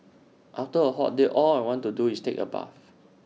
after A hot day all I want to do is take A bath